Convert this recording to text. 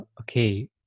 okay